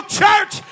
church